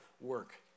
work